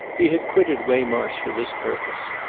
he had quitted waymarsh for this purpose,